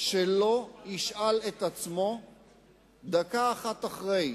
שלא ישאל את עצמו דקה אחת אחרי,